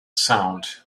sound